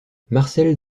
marcelle